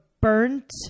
burnt